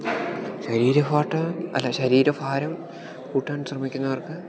ശരീര ഭാരം അല്ല ശരീരഭാരം കൂട്ടാൻ ശ്രമിക്കുന്നവർക്ക്